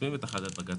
מיישמים את החלטת בג"ץ.